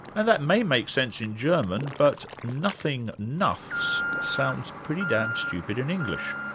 and that may make sense in german, but nothing noths sounds pretty damn stupid in english.